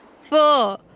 four